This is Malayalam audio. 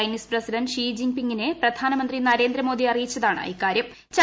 ചൈനീസ് പ്രസിഡന്റ് ഷീ ജിൻപിങ്ങിനെ പ്രധാനമന്ത്രി നരേന്ദ്രമോദി അറിയിച്ചതാണ് ഇക്കാര്യം